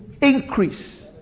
increase